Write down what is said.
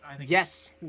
Yes